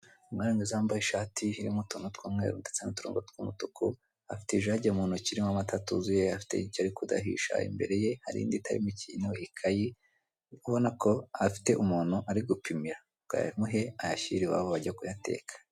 Umwari mwiza wambaye ishati irimo utuntu tw'umweru ndetse n'uturongo tw'umutuku, afite ijage mu ntoki irimo amata atuzuye, afite icyo arikudahisha imbere ye hari indi itarimo ikintu ikayi, ubona ko afite umuntu arigupimira ngo ayamuhe ayashyire iwabo bajye kuyateka.